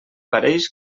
pareix